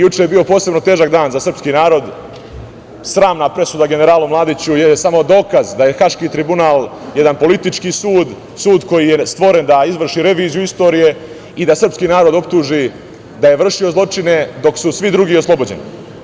Juče je bio posebno težak dan za srpski narod, sramna presuda generalnu Mladiću je samo dokaz da je Haški tribunal jedan politički sud, sud koji je stvoren da izvrši reviziju istorije i da srpski narod optuži da je vršio zločine, dok su svi drugi oslobođeni.